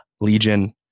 Legion